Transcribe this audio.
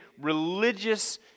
religious